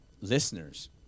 listeners